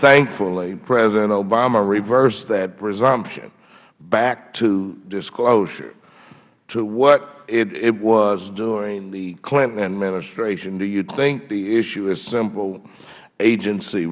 thankfully president obama reversed that presumption back to disclosure to what it was during the clinton administration do you think the issue is simple agency